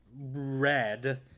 Red